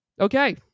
okay